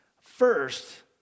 First